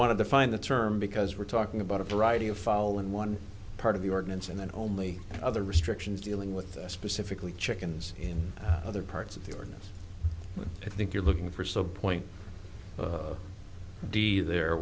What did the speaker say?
want to define the term because we're talking about a variety of fall in one part of the ordinance and then only other restrictions dealing with specifically chickens in other parts of the ordinance i think you're looking for so point of d there